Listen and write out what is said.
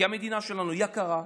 כי המדינה שלנו יקרה.